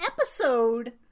episode